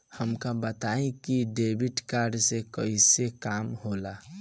हमका बताई कि डेबिट कार्ड से कईसे काम होला?